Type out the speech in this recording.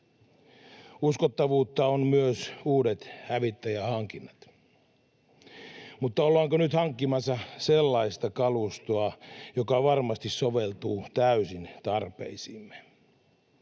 Uskottavuutta on myös uudet hävittäjähankinnat. Mutta ollaanko nyt hankkimassa sellaista kalustoa, joka varmasti soveltuu täysin tarpeisiimme?